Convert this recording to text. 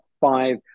five